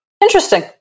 Interesting